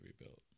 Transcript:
rebuilt